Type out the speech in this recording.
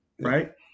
right